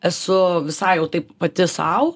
esu visai jau taip pati sau